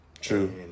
True